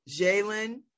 Jalen